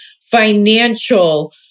financial